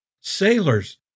sailors